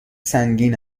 سنگین